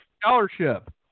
scholarship